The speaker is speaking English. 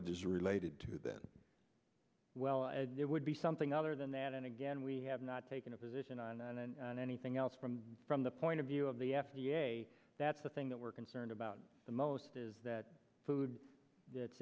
is related to that well it would be something other than that and again we have not taken a position on anything else from from the point of view of the f d a that's the thing that we're concerned about the most is that food that's